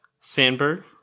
sandberg